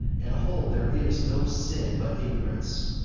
and hold there is no sin but ignorance.